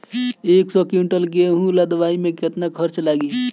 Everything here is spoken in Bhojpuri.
एक सौ कुंटल गेहूं लदवाई में केतना खर्चा लागी?